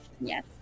Yes